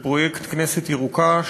את פרויקט "כנסת ירוקה",